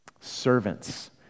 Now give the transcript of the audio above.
Servants